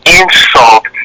insult